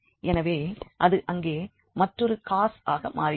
எனவே அது அங்கே மற்றொரு காசாக மாறிவிடும்